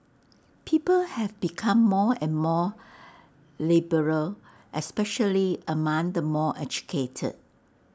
people have become more and more liberal especially among the more educated